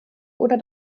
ohne